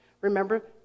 Remember